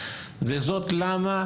ולמה?